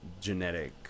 genetic